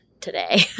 today